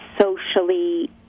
socially